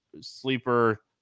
sleeper